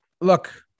look